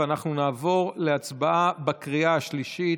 נעבור להצבעה בקריאה השלישית.